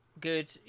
good